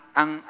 ang